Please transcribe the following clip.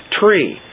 tree